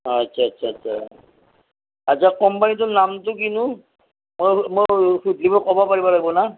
অঁ আচ্ছা আচ্ছা আচ্ছা কোম্পানীটোৰ নামটো কিনো মই মই সুধিলে ক'ব পাৰিব লাগব না